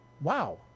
wow